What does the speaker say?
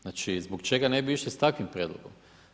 Znači, zbog čega ne bi išli s takvim prijedlogom.